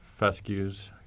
fescues